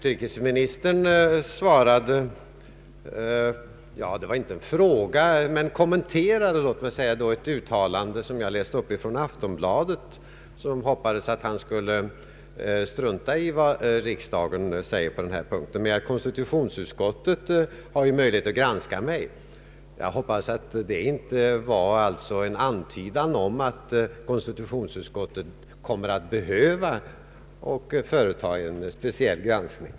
Herr talman! Utrikesministern kommenterade ett uttalande i Aftonbladet som jag läste upp, där man hoppades att utrikesministern skulle strunta i vad riksdagen säger på denna punkt, med att konstitutionsutskottet ju hade möjlighet att granska regeringens åtgärder. Jag hoppas att det inte var en antydan om att konstitutionsutskottet kommer att behöva företa en speciell granskning.